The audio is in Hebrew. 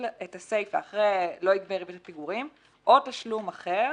את הסיפה אחרי "לא יגבה ריבית פיגורים...." - "...או תשלום אחר